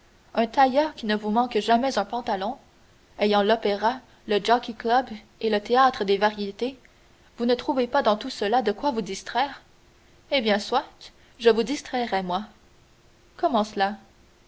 un tailleur qui ne vous manque jamais un pantalon ayant l'opéra le jockey-club et le théâtre des variétés vous ne trouvez pas dans tout cela de quoi vous distraire eh bien soit je vous distrairai moi comment cela